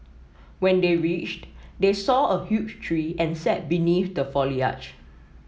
when they reached they saw a huge tree and sat beneath the foliage